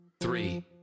three